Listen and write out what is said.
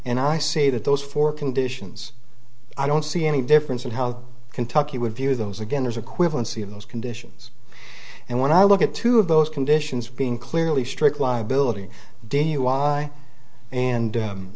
and i see that those four conditions i don't see any difference in how kentucky would view those again there's a quinsy of those conditions and when i look at two of those conditions being clearly strict liability dui and